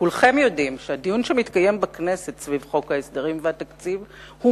כולכם יודעים שהדיון שמתקיים בכנסת סביב חוק ההסדרים והתקציב הוא